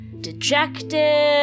dejected